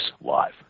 live